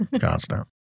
constant